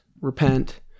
repent